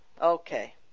Okay